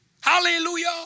Hallelujah